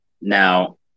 Now